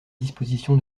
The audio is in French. disposition